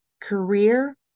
career